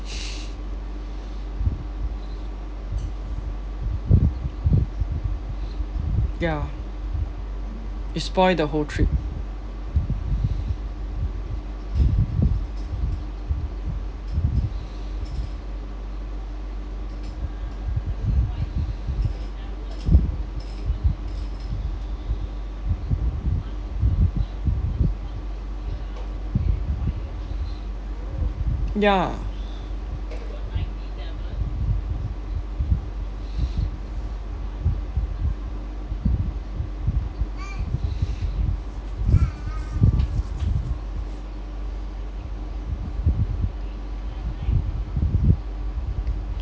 ya he spoil the whole trip ya